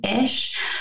ish